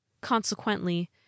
Consequently